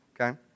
okay